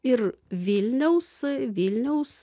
ir vilniaus vilniaus